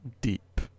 deep